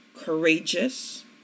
courageous